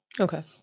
Okay